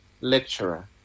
lecturer